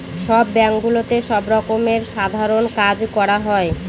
সব ব্যাঙ্কগুলোতে সব রকমের সাধারণ কাজ করা হয়